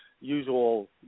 usual